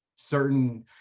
certain